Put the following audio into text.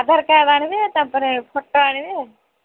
ଆଧାର card ଆଣିବେ ତାପରେ photo ଆଣିବେ